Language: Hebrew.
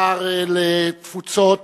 השר לתפוצות,